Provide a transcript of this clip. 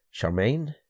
Charmaine